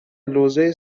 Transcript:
لوزه